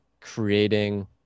creating